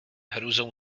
hrůzou